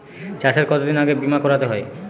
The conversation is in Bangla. চাষে কতদিন আগে বিমা করাতে হয়?